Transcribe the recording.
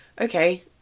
okay